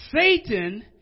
Satan